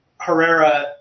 Herrera